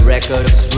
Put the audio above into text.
Records